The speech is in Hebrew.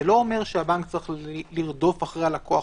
זה לא אומר שהבנק צריך לרדוף אחרי הלקוח,